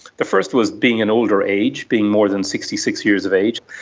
the first was being an older age, being more than sixty six years of age.